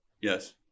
Yes